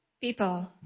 people